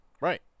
right